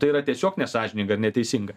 tai yra tiesiog nesąžininga ir neteisinga